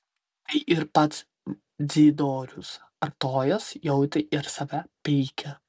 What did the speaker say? tai ir pats dzidorius artojas jautė ir save peikė